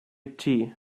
tee